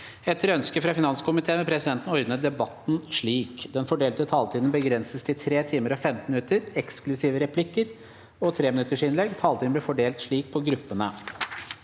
Etter ønske fra finanskomi- teen vil presidenten ordne debatten slik: Den fordelte taletiden begrenses til 3 timer og 15 minutter, eksklusiv replikker og treminuttersinnlegg. Taletiden blir fordelt slik på gruppene: